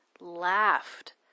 laughed